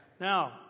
now